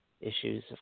issues